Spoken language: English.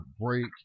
break